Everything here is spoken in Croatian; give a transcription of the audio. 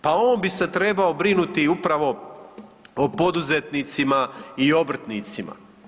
Pa on bi se trebao brinuti upravo o poduzetnicima i obrtnicima.